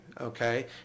okay